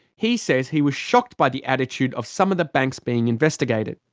he says he was shocked by the attitude of some of the banks being investigated.